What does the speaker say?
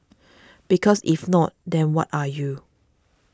because if not then what are you